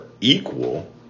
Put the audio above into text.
equal